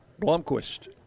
Blomquist